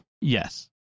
Yes